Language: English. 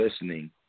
listening